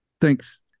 thanks